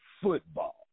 football